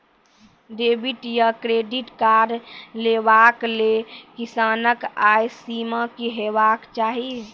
Debit या credit card लेवाक लेल किसानक आय सीमा की हेवाक चाही?